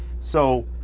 so,